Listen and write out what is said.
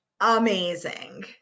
amazing